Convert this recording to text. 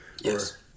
Yes